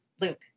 Luke